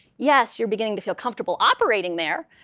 yes, you're beginning to feel comfortable operating there,